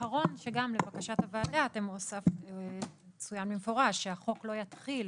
לבקשת הוועדה צוין במפורש שהחוק לא יתחיל